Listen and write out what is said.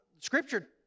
Scripture